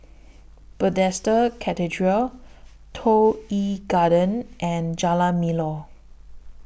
Bethesda Cathedral Toh Yi Garden and Jalan Melor